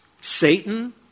Satan